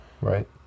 right